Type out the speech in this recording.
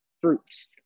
fruits